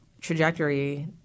trajectory